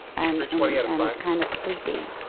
and and and kind of sleepy